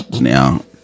Now